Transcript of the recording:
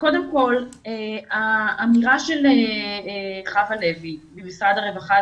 קודם כל האמירה של חוה לוי ממשרד הרווחה,